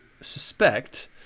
suspect